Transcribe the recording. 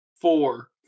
Four